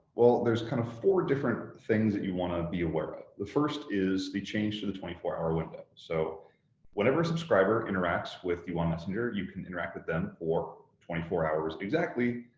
well, there's kind of four different things that you want to be aware of. the first is the change to the twenty four hour window. so whenever a subscriber interacts with you on messenger, you can interact with them for twenty four hours exactly,